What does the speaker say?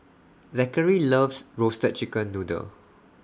Zackery loves Roasted Chicken Noodle